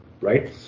right